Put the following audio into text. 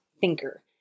thinker